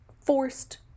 forced